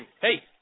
Hey